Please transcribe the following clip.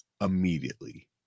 immediately